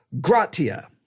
gratia